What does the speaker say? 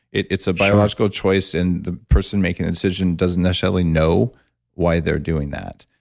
it's a biological choice, and the person making the decision doesn't necessarily know why they're doing that.